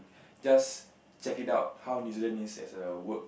just check it out how New-Zealand is as a work